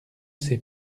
sait